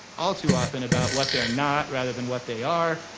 all too often, about what they're not rather than what they are.